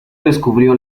descubrió